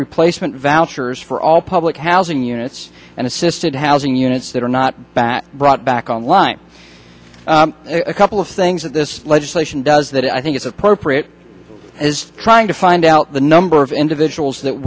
replacement vouchers for all public housing units and assisted housing units that are not back brought back on line a couple of things that this legislation does that i think is appropriate is trying to find out the number of individuals that